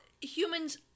humans